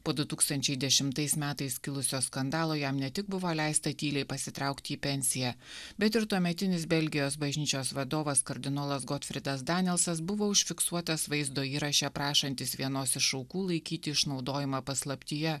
po du tūkstančiai dešimtais metais kilusio skandalo jam ne tik buvo leista tyliai pasitraukti į pensiją bet ir tuometinis belgijos bažnyčios vadovas kardinolas gotfridas danielsas buvo užfiksuotas vaizdo įraše prašantis vienos iš aukų laikyti išnaudojimą paslaptyje